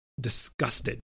disgusted